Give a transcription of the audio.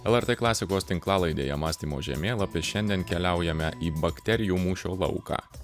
lrt klasikos tinklalaidėje mąstymo žemėlapis šiandien keliaujame į bakterijų mūšio lauką